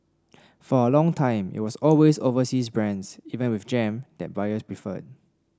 for a long time it was always overseas brands even with jam that buyers preferred